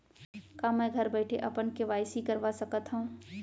का मैं घर बइठे अपन के.वाई.सी करवा सकत हव?